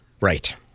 Right